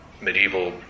medieval